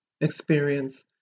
experience